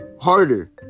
harder